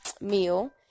meal